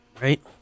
Right